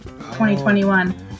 2021